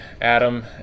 Adam